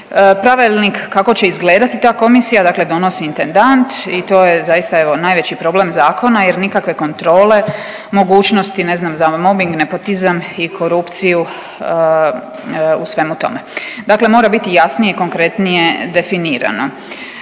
Pravilnik kako će izgledati ta komisija, dakle donosi intendant i to je zaista najveći problem zakona jer nikakve kontrole, mogućnosti ne znam za mobing nepotizam i korupciju u svemu tome, dakle mora biti jasnije, konkretnije definirana.